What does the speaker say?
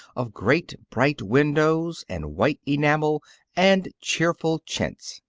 of great, bright windows, and white enamel and cheerful chintz.